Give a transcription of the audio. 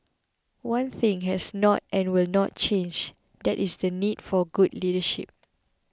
one thing has not and will not change that is the need for good leadership